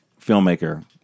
filmmaker